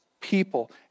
people